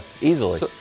easily